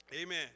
Amen